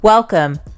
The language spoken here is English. Welcome